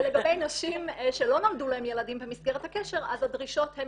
ולגבי נשים שלא נולדו להן ילדים במסגרת הקשר הדרישות הן